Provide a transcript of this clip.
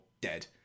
Dead